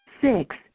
Six